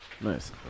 Nice